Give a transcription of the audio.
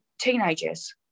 teenagers